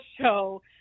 show